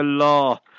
Allah